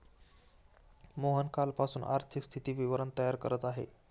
मोहन कालपासून आर्थिक स्थिती विवरण तयार करत आहे